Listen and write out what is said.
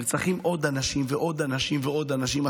נרצחים עוד אנשים ועוד אנשים ועוד אנשים.